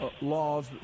laws